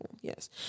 Yes